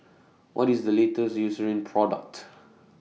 What IS The latest Eucerin Product